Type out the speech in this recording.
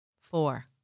Four